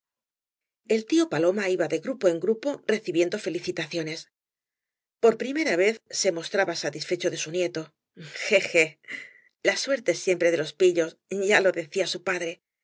el tío paloma iba de grupo en grupo recibiendo felicitaciones por primera vez se mostraba satisfecho de su nieto je je la suerte es siem pre de los pillos ya lo decía su padre